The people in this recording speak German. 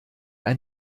ein